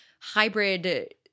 hybrid